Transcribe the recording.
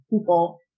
people